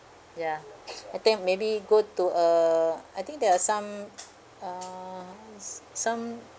ya I think maybe go to uh I think there are some uh s~ some